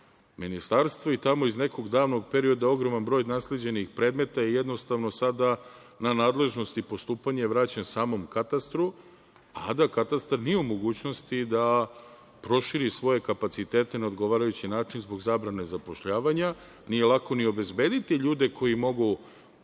i tamo iz davnog perioda ogroman broj nasleđenih predmeta je jednostavno sada na nadležnosti postupanja vraćen samom katastru, a da katastar nije u mogućnosti da proširi svoje kapacitete na odgovarajući način, zbog zabrane zapošljavanja, nije lako ni obezbediti ljude koji mogu